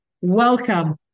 Welcome